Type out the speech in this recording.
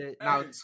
Now